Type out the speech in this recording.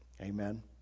Amen